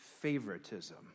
favoritism